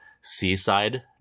seaside